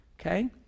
okay